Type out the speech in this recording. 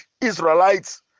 Israelites